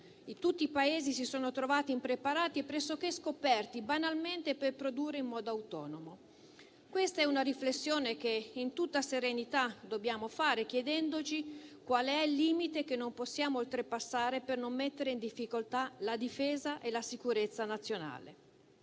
tutti i Paesi si sono trovati impreparati e pressoché scoperti, banalmente per l'impossibilità di produrre in modo autonomo. Questa è una riflessione che in tutta serenità dobbiamo fare, chiedendoci qual è il limite che non possiamo oltrepassare per non mettere in difficoltà la difesa e la sicurezza nazionale,